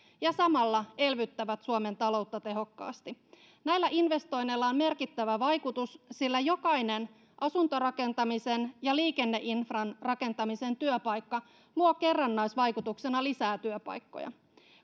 ja samalla elvyttävät suomen taloutta tehokkaasti näillä investoinneilla on merkittävä vaikutus sillä jokainen asuntorakentamisen ja liikenneinfran rakentamisen työpaikka luo kerrannaisvaikutuksena lisää työpaikkoja